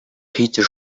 peter